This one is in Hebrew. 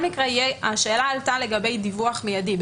השאלה עלתה לגבי דיווח מיידי.